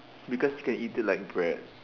because you can eat it like bread